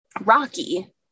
rocky